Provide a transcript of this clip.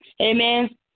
Amen